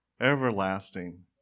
Everlasting